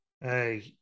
Hey